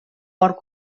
port